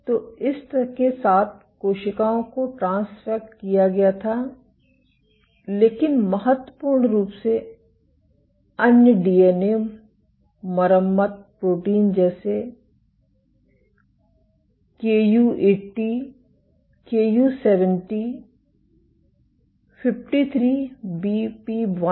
तो इस के साथ कोशिकाओं को ट्रांसफ़ेक्ट किया गया था लेकिन महत्वपूर्ण रूप से अन्य डीएनए मरम्मत प्रोटीन जैसे कु80 कु70 53बीपी1